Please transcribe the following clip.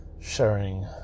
sharing